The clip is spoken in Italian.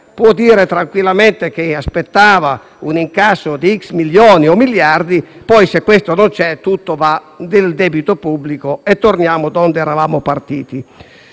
può dire tranquillamente che aspettava un incasso di milioni o miliardi e poi, se questo non c'è, tutto va nel debito pubblico e torniamo donde eravamo partiti.